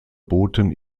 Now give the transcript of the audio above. boten